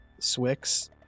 Swix